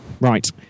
right